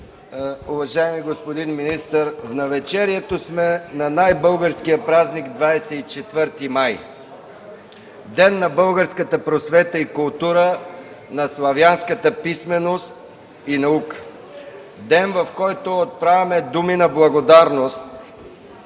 уважаеми господин министър! В навечерието сме на най-българския празник 24 май – Ден на българската просвета и култура, на славянската писменост и наука. Ден, в който отправяме думи на благодарност